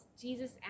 Jesus